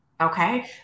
okay